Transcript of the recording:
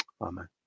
Amen